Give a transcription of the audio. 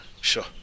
sure